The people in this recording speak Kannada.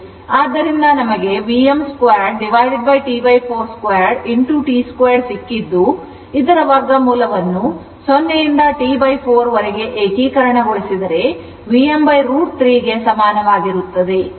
ಆದ್ದರಿಂದ ನಮಗೆ Vm2 T42 T2 ಸಿಕ್ಕಿದ್ದು ಇದರ ವರ್ಗಮೂಲವನ್ನು 0 ಯಿಂದ T4 ವರೆಗೆ ಏಕೀಕರಣಗೊಳಿಸಿದರೆ Vm √3 ಗೆ ಸಮಾನವಾಗಿರುತ್ತದೆ